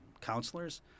counselors